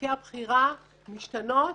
דרכי הבחירה משתנות